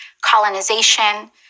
colonization